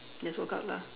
just walk out lah